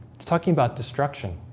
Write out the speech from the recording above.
it's talking about destruction